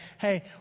hey